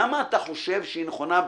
למה אתה חושב היא נכונה?